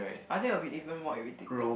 I think will be even more irritated